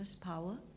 power